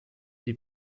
die